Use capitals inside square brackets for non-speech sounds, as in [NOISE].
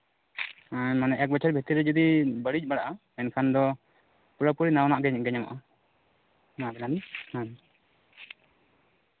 ᱦᱮᱸ ᱢᱟᱱᱮ ᱮᱠ ᱵᱚᱪᱷᱚᱨ ᱵᱷᱤᱛᱨᱤ ᱨᱮ ᱡᱩᱫᱤ ᱵᱟᱹᱲᱤᱡ ᱵᱟᱲᱟᱜᱼᱟ ᱮᱱᱠᱷᱟᱱ ᱫᱚ ᱯᱩᱨᱟᱹᱯᱩᱨᱤ ᱱᱟᱣᱟᱱᱟᱜ ᱜᱮ ᱧᱟᱢᱚᱜᱼᱟ ᱱᱟᱣᱟ [UNINTELLIGIBLE] ᱦᱮᱸ